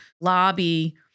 lobby